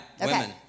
Women